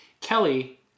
Kelly